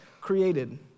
created